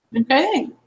Okay